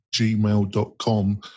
gmail.com